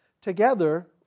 together